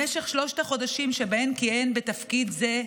במשך שלושת החודשים שבהם כיהן בתפקיד זה,